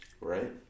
right